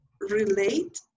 relate